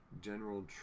General